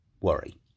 worry